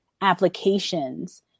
applications